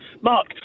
Mark